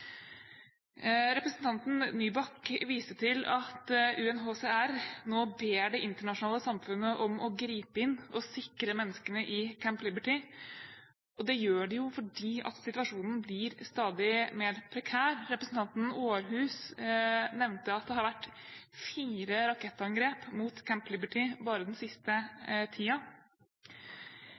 Representanten Nybakk viste til at UNHCR nå ber det internasjonale samfunnet om å gripe inn og sikre menneskene i Camp Liberty, og det gjør de jo fordi situasjonen blir stadig mer prekær. Representanten Aarhus Byrknes nevnte at det har vært fire rakettangrep mot Camp Liberty bare den siste